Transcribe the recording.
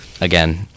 again